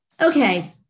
okay